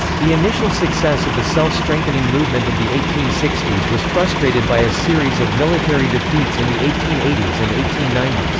the initial success of the self-strengthening movement of the eighteen sixty s was frustrated by a series of military defeats in the eighteen eighty s and eighteen ninety s.